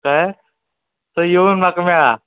कळ्ळें सो येवन म्हाका मेळा